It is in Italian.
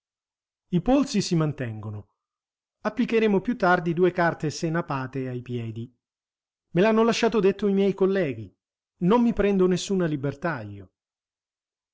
i polsi si mantengono applicheremo più tardi due carte senapate ai piedi me l'hanno lasciato detto i miei colleghi non mi prendo nessuna libertà io